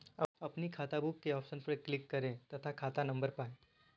अपनी खाताबुक के ऑप्शन पर क्लिक करें तथा खाता नंबर पाएं